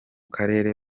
karere